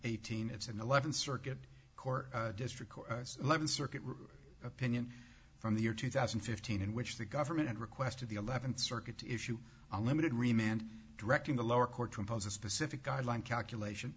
eighteen it's an eleventh circuit court district eleven circuit opinion from the year two thousand and fifteen in which the government requested the eleventh circuit to issue unlimited remained directing the lower court to impose a specific guideline calculation